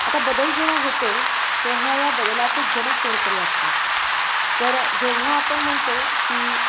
आता बदल जेव्हा होतो तेव्हा या बदलाचे जनक कोणीतरी असतात तर जेव्हा आपण म्हणतो की